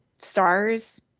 stars